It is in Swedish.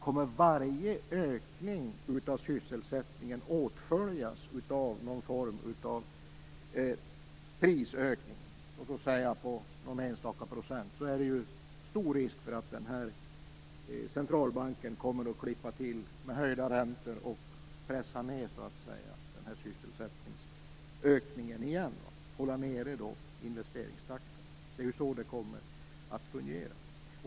Om varje ökning av sysselsättningen kommer att åtföljas av någon form av prisökning, låt oss säga på någon enstaka procent, är det stor risk att den här centralbanken kommer att klippa till med höjda räntor och pressa ned sysselsättningsökningen igen. Den kommer att hålla nere investeringstakten. Det är så det kommer att fungera.